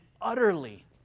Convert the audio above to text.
utterly